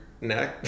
neck